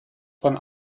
von